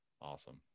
Awesome